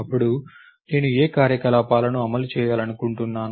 అప్పుడు నేను ఏ కార్యకలాపాలను అమలు చేయాలనుకుంటున్నాను